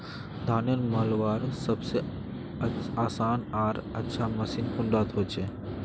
धानेर मलवार सबसे आसान आर अच्छा मशीन कुन डा होचए?